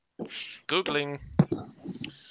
Googling